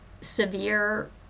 severe